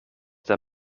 der